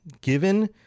given